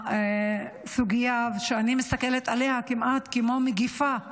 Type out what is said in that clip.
הסוגיה שאני מסתכלת עליה כמעט כמו על מגפה.